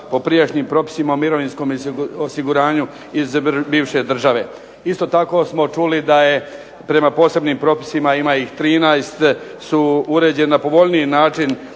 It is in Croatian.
po prijašnjim propisima u mirovinskom osiguranju iz bivše države. Isto tako smo čuli da je po posebnim propisima, ima ih 13 su uređena na povoljniji način,